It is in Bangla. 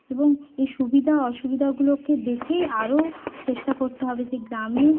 এবং এই সুবিধা অসুবিধাগুলোকে দেখেই আরো চেষ্টা করতে হবে যে গ্রামে